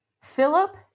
Philip